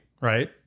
right